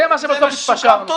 וזה מה שבסוף התפשרנו.